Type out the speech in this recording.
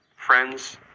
Friends